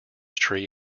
tree